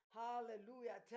hallelujah